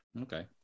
Okay